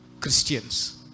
Christians